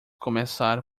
começar